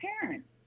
parents